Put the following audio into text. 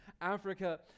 Africa